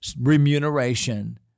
remuneration